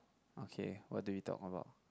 okay what do we talk about